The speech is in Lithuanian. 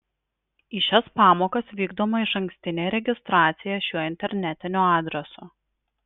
į šias pamokas vykdoma išankstinė registracija šiuo internetiniu adresu